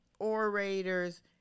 Orators